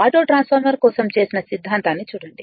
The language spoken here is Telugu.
ఆటో ట్రాన్స్ఫార్మర్ కోసం చేసిన సిద్ధాంతాన్ని చూడండి